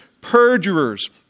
perjurers